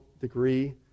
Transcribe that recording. degree